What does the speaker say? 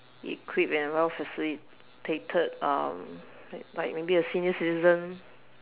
equipped and well facilitated um like maybe a senior citizen